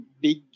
big